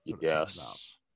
Yes